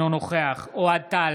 אינו נוכח אוהד טל,